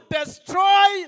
destroy